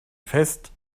fest